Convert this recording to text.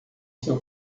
seu